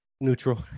Neutral